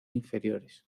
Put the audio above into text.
inferiores